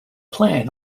plan